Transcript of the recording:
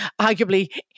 arguably